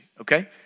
okay